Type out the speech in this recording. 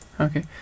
okay